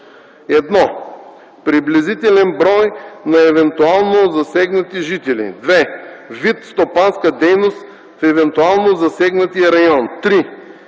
1. приблизителен брой на евентуално засегнати жители; 2. вид стопанска дейност в евентуално засегнатия район; 3.